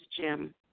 Jim